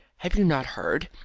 have you not heard?